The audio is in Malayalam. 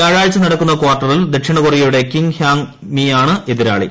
വ്യാഴാഴ്ച നടക്കുന്ന കാർട്ടറിൽ ദക്ഷിണകൊറിയയുടെ കിം ഹ്യാങ് ്മിയാണ് എതിരാളി